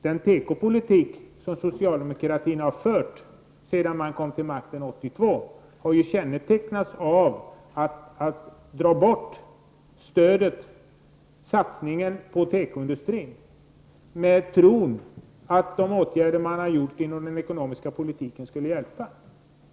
Den tekopolitik som socialdemokraterna har fört sedan de kom till makten 1982 har kännetecknats av att de har dragit bort stödet och satsningen på tekoindustrin. Detta har man gjort i tron att de åtgärder man har vidtagit inom den ekonomiska politiken skulle hjälpa.